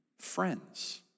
friends